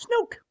Snoke